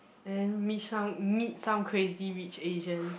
and meet some meet some Crazy Rich Asian